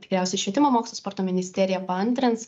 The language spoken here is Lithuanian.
tikriausiai švietimo mokslo sporto ministerija paantrins